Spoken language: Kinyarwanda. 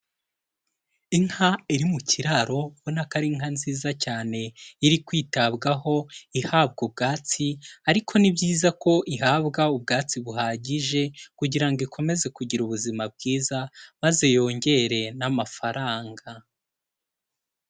Inka iri mu kiraro ubona ko ari inka nziza cyane iri kwitabwaho ihabwa ubwatsi, ariko ni byiza ko ihabwa ubwatsi buhagije kugira ngo ikomeze kugira ubuzima bwiza maze yongere n'amafaranga.